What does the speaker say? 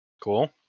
Cool